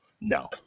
no